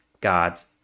God's